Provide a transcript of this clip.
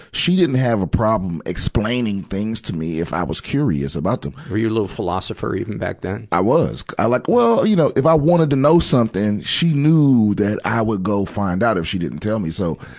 she didn't have a problem explaining things to me, if i was curious about them. were you a little philosopher even back then? i was. i, like well, you know, if i wanted to know something, she knew that i would go find out if she didn't tell me. so,